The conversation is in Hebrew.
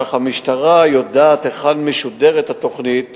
כך המשטרה יודעת היכן משודרת התוכנית